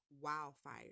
wildfire